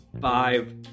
five